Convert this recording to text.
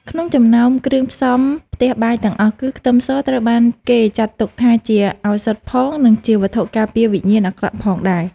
ក្នុងចំណោមគ្រឿងផ្សំផ្ទះបាយទាំងអស់គឺខ្ទឹមសត្រូវបានគេចាត់ទុកថាជាឱសថផងនិងជាវត្ថុការពារវិញ្ញាណអាក្រក់ផងដែរ។